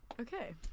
Okay